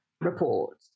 report